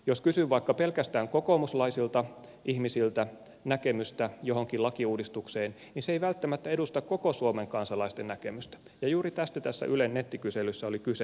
jos kysyn vaikka pelkästään kokoomuslaisilta ihmisiltä näkemystä johonkin lakiuudistukseen niin se ei välttämättä edusta koko suomen kansalaisten näkemystä ja juuri tästä tässä ylen nettikyselyssä oli kyse